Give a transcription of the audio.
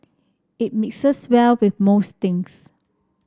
it mixes well with most things